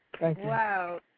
Wow